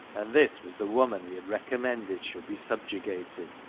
and this was the woman he had recom mended should be subjugated!